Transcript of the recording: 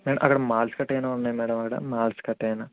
madam అక్కడ malls కట్టా ఏమైనా ఉన్నాయా మేడమ్ మాల్స్ కట్టా ఏమైనా